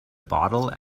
bottle